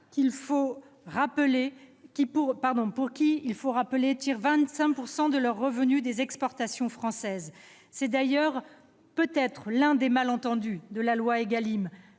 sûr, qui- il faut le rappeler -tirent 25 % de leur revenu des exportations françaises. C'est d'ailleurs, peut-être, l'un des malentendus de la loi Égalim